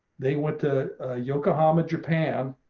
they went to yokohama, japan,